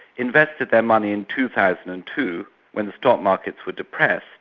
invested their money and two thousand and two when the stock markets were depressed,